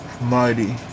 mighty